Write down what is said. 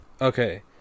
Okay